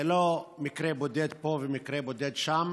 זה לא מקרה בודד פה ומקרה בודד שם,